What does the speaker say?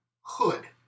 hood